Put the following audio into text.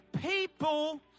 People